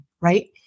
right